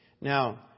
Now